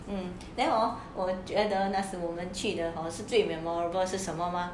and then hor 我觉得那时我们去的 hor 是最 memorable 是什么 mah